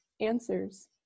answers